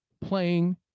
playing